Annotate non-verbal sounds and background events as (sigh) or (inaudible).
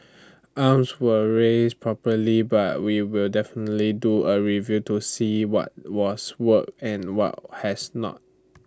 (noise) alarms were raised properly but we will definitely do A review to see what was worked and what has not